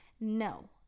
No